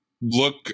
look